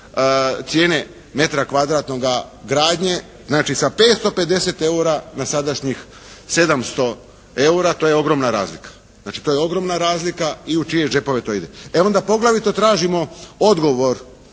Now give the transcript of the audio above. cijene metra kvadratnoga gradnje znači sa 550 eura na sadašnjih 700 eura, to je ogromna razlika. To je ogromna razlika, i u čije đepove to ide? E onda poglavito tražimo odgovor